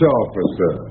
officer